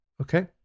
okay